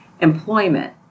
employment